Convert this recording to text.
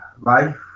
life